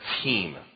team